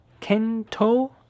Kento